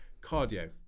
cardio